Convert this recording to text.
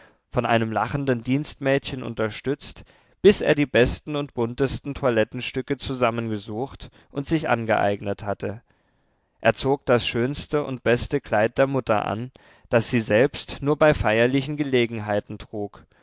von einem lachenden dienstmädchen unterstützt bis er die besten und buntesten toilettenstücke zusammengesucht und sich angeeignet hatte er zog das schönste und beste kleid der mutter an das sie selbst nur bei feierlichen gelegenheiten trug